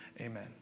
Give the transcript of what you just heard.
amen